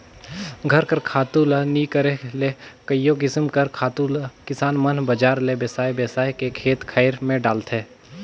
घर कर खातू ल नी करे ले कइयो किसिम कर खातु ल किसान मन बजार ले बेसाए बेसाए के खेत खाएर में डालथें